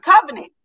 Covenant